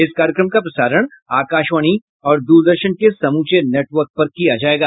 इस कार्यक्रम का प्रसारण आकाशवाणी और दूरदर्शन के समूचे नेटवर्क पर किया जायेगा